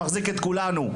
שמחזיק את כולנו,